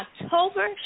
October